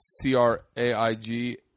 C-R-A-I-G